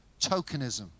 tokenism